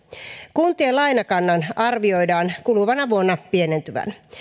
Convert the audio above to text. kuntien lainakannan arvioidaan kuluvana vuonna pienentyvän